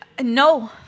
No